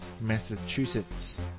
Massachusetts